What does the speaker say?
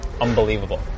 unbelievable